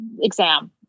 Exam